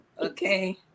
Okay